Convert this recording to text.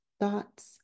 thoughts